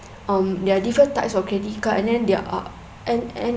um there are different types of credit card and then there are and and